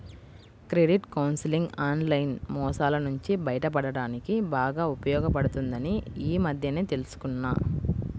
credit counselling online మోసాల నుంచి బయటపడడానికి బాగా ఉపయోగపడుతుందని ఈ మధ్యనే తెల్సుకున్నా